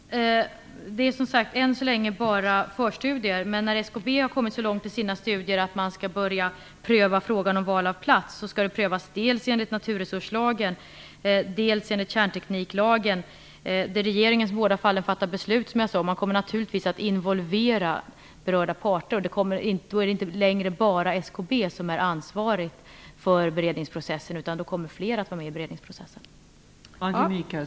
Fru talman! Än så länge rör det sig som sagt bara om förstudier. Men när SKB har kommit så långt i sina studier att man skall börja pröva frågan om val av plats skall det prövas dels enligt naturresurslagen, dels enligt kärntekniklagen. Det är regeringen som i båda fallen fattar beslut, som jag sade. Man kommer naturligtvis att involvera berörda parter. Då är det inte längre bara SKB som är ansvarigt för beredningsprocessen, utan då kommer fler att vara med i beredningsprocessen.